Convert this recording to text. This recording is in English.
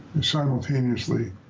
simultaneously